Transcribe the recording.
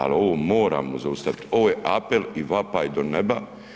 Ali ovo moramo zaustaviti, ovo je apel i vapaj do neba.